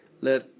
Let